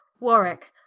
warwicke,